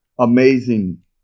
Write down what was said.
amazing